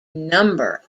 number